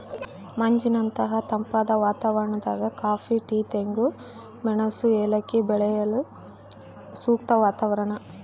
ಮಂಜಿನಂತಹ ತಂಪಾದ ವಾತಾವರಣದಾಗ ಕಾಫಿ ಟೀ ತೆಂಗು ಮೆಣಸು ಏಲಕ್ಕಿ ಬೆಳೆಯಲು ಸೂಕ್ತ ವಾತಾವರಣ